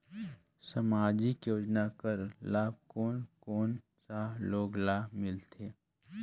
समाजिक योजना कर लाभ कोन कोन सा लोग ला मिलथे?